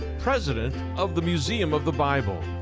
president of the museum of the bible.